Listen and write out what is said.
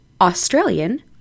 Australian